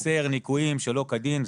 אוסר ניכויים שלא כדין.